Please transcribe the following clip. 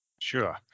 sure